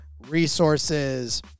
resources